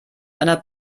einer